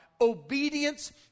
obedience